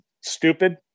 stupid